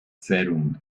serum